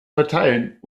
verteilen